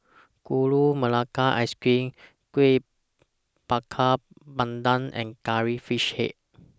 Gula Melaka Ice Cream Kueh Bakar Pandan and Curry Fish Head